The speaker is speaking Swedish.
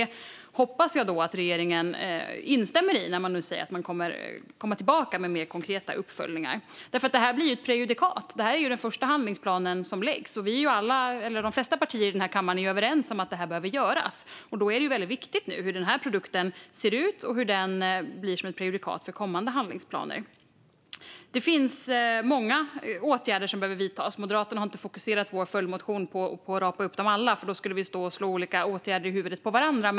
Jag hoppas att regeringen instämmer i det när man nu säger att man ska komma tillbaka med mer konkreta uppföljningar. Detta blir nämligen ett prejudikat. Det här är den första handlingsplan som läggs fram. De flesta partier här i kammaren är ju överens om att det här behöver göras. Då är det väldigt viktigt hur produkten nu ser ut eftersom den blir ett prejudikat för kommande handlingsplaner. Många åtgärder behöver vidtas. Vi i Moderaterna har inte fokuserat vår följdmotion på att rapa upp alla. Annars skulle vi stå här och slå olika åtgärder i huvudet på varandra.